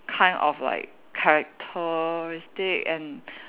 kind of like characteristic and